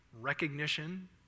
recognition